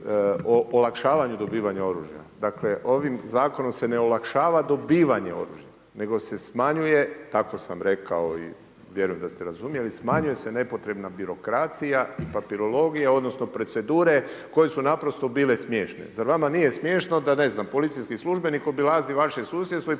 olakšavanju dobivanja oružja. Dakle, ovim zakonom se ne olakšava dobivanje oružja, nego se smanjuje, tako sam rekao i vjerujem da ste razumjeli, smanjuje se nepotrebna birokracija i papirologija, odnosno, procedura, koje su naprosto bile smiješne. Zar vama nije smiješno, da ne znam, policijski službenik, obilazi vaše susjedstvo i